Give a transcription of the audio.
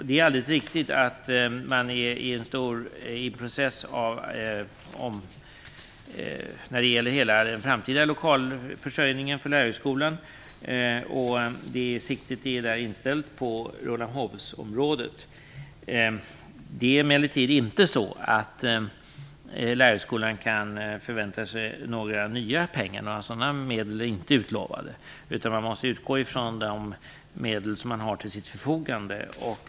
Det är alldeles riktigt att man är inne i en omfattande process när det gäller hela den framtida lokalförsörjningen för Lärarhögskolan, och siktet är redan inställt på Rålambshovsområdet. Lärarhögskolan kan emellertid inte förvänta sig några nya pengar. Några sådana medel är inte utlovade, utan man måste utgå från de medel som man har till sitt förfogande.